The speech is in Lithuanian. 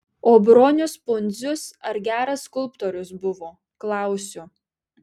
o bronius pundzius ar geras skulptorius buvo klausiu